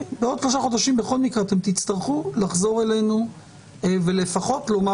בעוד שלושה חודשים בכל מקרה אתם תצטרכו לחזור אלינו ולפחות לומר